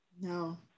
No